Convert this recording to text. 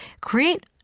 create